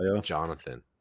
Jonathan